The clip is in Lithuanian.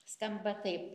skamba taip